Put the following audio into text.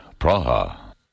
Praha